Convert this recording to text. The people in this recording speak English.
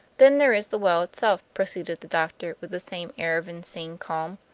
then there is the well itself, proceeded the doctor, with the same air of insane calm.